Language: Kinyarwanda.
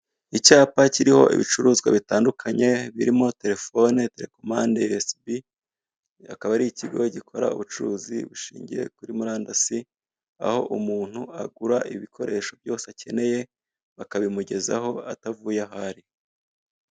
Icyapa kiriho ibicuruzwa bitandukanye birimo telefone, telekomande, USB, akaba ari ikigo gikora ubucuruzi bushingiye kuri murandasi, aho umuntu agura ibikoresho byose akeneye bakabimugezaho atavuye aho ari.